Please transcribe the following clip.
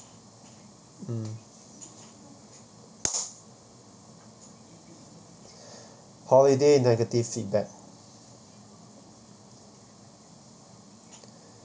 mm holiday negative feedback